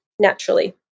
naturally